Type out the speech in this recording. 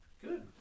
Good